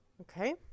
Okay